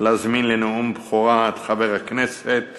להזמין לנאום בכורה את חבר הכנסת